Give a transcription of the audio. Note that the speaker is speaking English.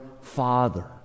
Father